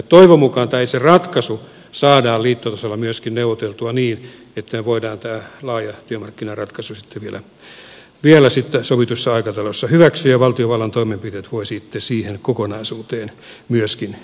toivon mukaan tämä itse ratkaisu saadaan liittotasolla myöskin neuvoteltua niin että voidaan tämä laaja työmarkkinaratkaisu sitten vielä sovitussa aikataulussa hyväksyä ja valtiovallan toimenpiteet voivat sitten siihen kokonaisuuteen myöskin liittyä